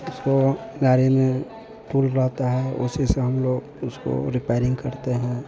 उसको गाड़ी में पुल रहता है उसी से हम लोग उसको रिपेरिंग करते हैं